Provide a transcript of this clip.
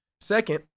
Second